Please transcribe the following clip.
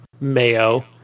Mayo